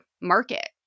market